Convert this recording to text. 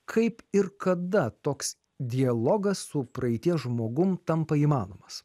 kaip ir kada toks dialogas su praeities žmogum tampa įmanomas